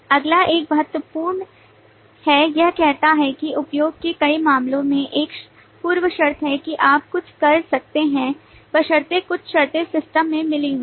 अगला एक बहुत महत्वपूर्ण है यह कहता है कि उपयोग के कई मामलों में एक पूर्व शर्त है कि आप कुछ कर सकते हैं बशर्ते कुछ शर्तें सिस्टम में मिली हों